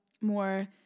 more